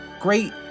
great